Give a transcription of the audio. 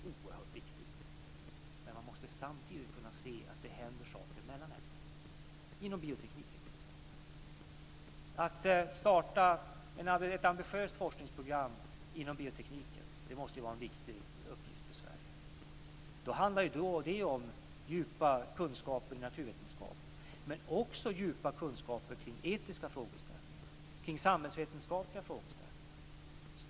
Men man måste samtidigt kunna se att det händer saker mellan ämnen, inom t.ex. bioteknik. Att starta ett ambitiöst forskningsprogram inom bioteknik måste vara en viktig uppgift för Sverige. Det handlar om djupa kunskaper i naturvetenskap men också om djupa kunskaper kring etiska frågeställningar, kring samhällsvetenskapliga frågeställningar.